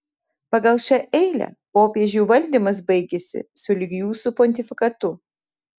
pagal šią eilę popiežių valdymas baigiasi sulig jūsų pontifikatu